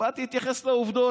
באתי להתייחס לעובדות.